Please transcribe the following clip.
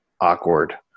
awkward